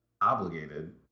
obligated